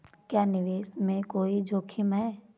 क्या निवेश में कोई जोखिम है?